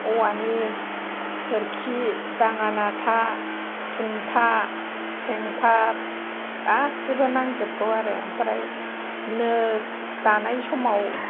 औवानि सोरखि दाङानाथा खुन्था सेंफार गासिबो नांजोबगौ आरो आमफ्राय नो दानाय समाव